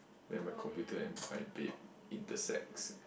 then my computer and my date intersect